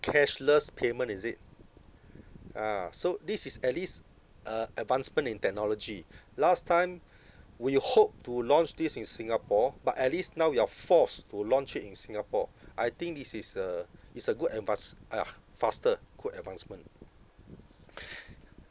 cashless payment is it ah so this is at least a advancement in technology last time we hope to launch this in singapore but at least now we are forced to launch it in singapore I think this is a is a good and fast !aiya! faster good advancement